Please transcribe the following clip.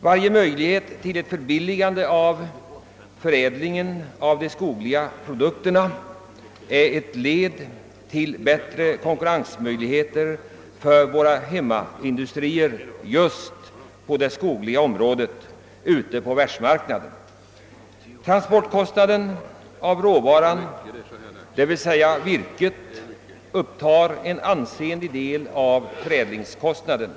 Varje möjlighet som tillvaratages för att förbilliga förädlingen av de skogliga produkterna bidrar därför till att stärka konkurrenskraften hos våra industrier på skogens område ute på världsmarknaden. Transportkostnaderna för råvaran, d.v.s. virket, utgör en ansenlig del av hela förädlingskostnaden.